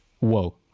Whoa